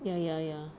ya ya ya